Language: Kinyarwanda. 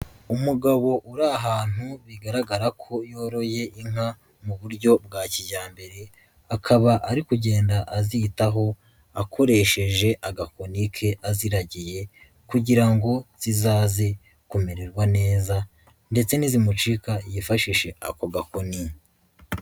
Umugabo uri ahantu bigaragara ko yoroye inka mu buryo bwa kijyambere, akaba ari kugenda azitaho akoresheje agakoni ke aziragiye kugira ngo zizaze kumererwa neza ndetse nizimucika yifashishe ako gakoni.